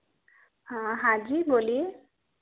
हाँ हाँ जी बोलिए